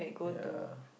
ya